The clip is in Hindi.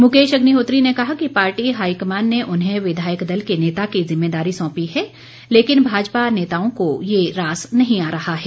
मुकेश अग्निहोत्री ने कहा कि पार्टी हाईकमान ने उन्हें विधायक दल के नेता की जिम्मेदारी सौंपी है लेकिन भाजपा नेताओं को ये रास नहीं आ रहा है